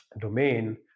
domain